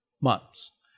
Months